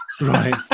Right